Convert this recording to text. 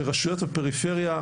שרשויות בפריפריה,